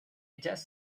ellas